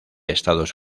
estados